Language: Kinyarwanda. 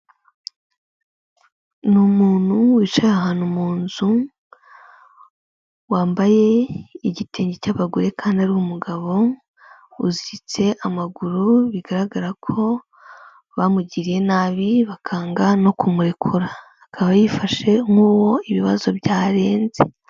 Ni umuntu wicaye ahantu mu nzu, wambaye igitenge cy'abagore kandi ari umugabo, uziritse amaguru bigaragara ko bamugiriye nabi bakanga no kumurekura, akaba yifashe nk'uwo ibibazo byarenze.